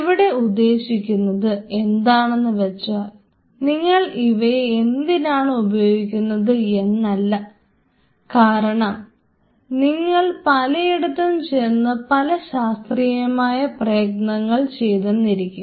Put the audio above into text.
ഇവിടെ ഉദ്ദേശിക്കുന്നത് എന്താണെന്ന് വെച്ചാൽ നിങ്ങൾ ഇവയെ എന്തിനാണ് ഉപയോഗിക്കുന്നത് എന്നല്ല കാരണം നിങ്ങൾ പലയിടത്തും ചെന്ന് പല ശാസ്ത്രീയമായ പ്രയത്നങ്ങൾ ചെയ്തെന്നിരിക്കും